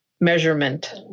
measurement